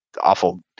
awful